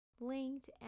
linked